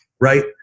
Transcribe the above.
right